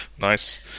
nice